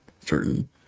certain